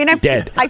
Dead